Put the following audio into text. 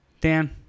Dan